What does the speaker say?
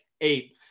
Eight